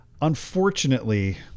Unfortunately